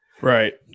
Right